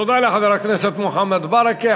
תודה לחבר הכנסת מוחמד ברכה.